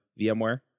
VMware